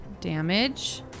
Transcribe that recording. damage